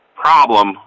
problem